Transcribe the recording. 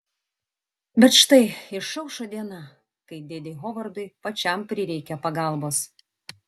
bet štai išaušo diena kai dėdei hovardui pačiam prireikia pagalbos